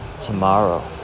tomorrow